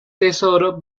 tesoro